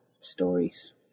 stories